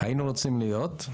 היינו רוצים להיות.